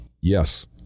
Yes